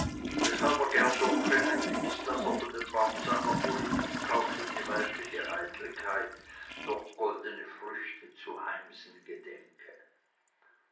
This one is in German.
weshalb er gern durchklingen ließ daß er von dem baum seiner politik auch für die weibliche eitelkeit noch goldene früchte zu heimsen gedenke